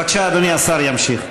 בבקשה, אדוני השר ימשיך.